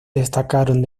destacaron